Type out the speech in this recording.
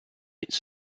its